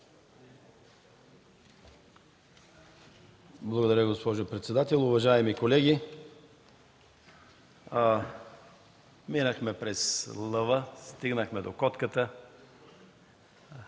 Благодаря, госпожо председател. Уважаеми колеги! Минахме през лъва, стигнахме до котката.